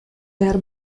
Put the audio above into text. даяр